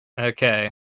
Okay